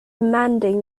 demanding